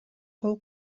кол